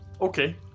Okay